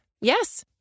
Yes